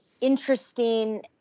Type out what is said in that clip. interesting